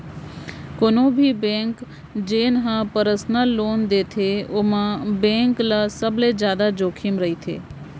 कोनो भी बेंक जेन ह परसनल लोन देथे ओमा बेंक ल सबले जादा जोखिम रहिथे